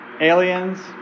aliens